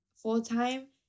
full-time